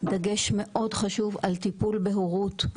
דגש מאוד חשוב על טיפול בהורות,